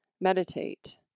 Meditate